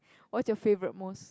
what's your favourite most